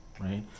right